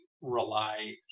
rely